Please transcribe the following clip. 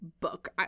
book